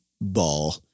ball